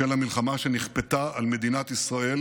בשל המלחמה שנכפתה על מדינת ישראל